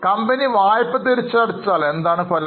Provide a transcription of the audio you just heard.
company bank വായ്പ തിരിച്ചടച്ചാൽ എന്താണ് ഫലം